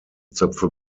zöpfe